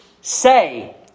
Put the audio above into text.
say